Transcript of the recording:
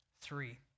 three